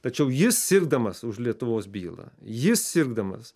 tačiau jis sirgdamas už lietuvos bylą jis sirgdamas